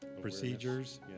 procedures